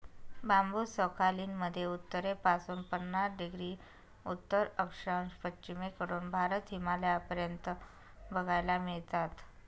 बांबु Sakhalin मध्ये उत्तरेपासून पन्नास डिग्री उत्तर अक्षांश, पश्चिमेकडून भारत, हिमालयापर्यंत बघायला मिळतात